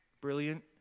brilliant